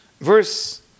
verse